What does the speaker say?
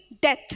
death